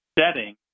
setting